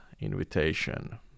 Invitation